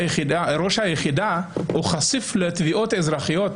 ראש היחידה חשוף לתביעות אזרחיות,